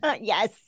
yes